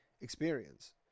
experience